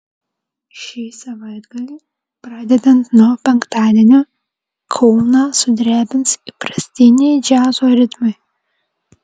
šį savaitgalį pradedant nuo penktadienio kauną sudrebins įprastiniai džiazo ritmai